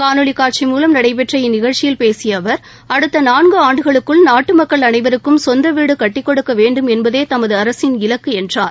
காணொலி காட்சி மூலம் நடைபெற்ற இந்நிகழ்ச்சியில் பேசிய அவர் அடுத்த நான்கு ஆண்டுகளுக்குள் நாட்டு மக்கள் அனைவருக்கும் சொந்த வீடு கட்டிக் கொடுக்க வேண்டும் என்பதே தமது அரசின் இலக்கு என்றார்